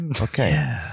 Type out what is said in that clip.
okay